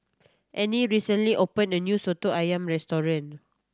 Annie recently opened a new Soto Ayam restaurant